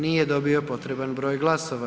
Nije dobio potreban broj glasova.